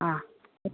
हा